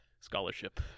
scholarship